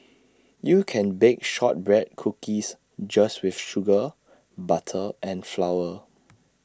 you can bake Shortbread Cookies just with sugar butter and flour